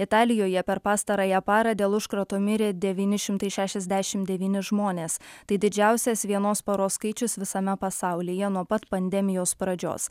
italijoje per pastarąją parą dėl užkrato mirė devyni šimtai šešiasdešimt devyni žmonės tai didžiausias vienos paros skaičius visame pasaulyje nuo pat pandemijos pradžios